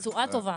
תשואה טובה.